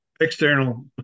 external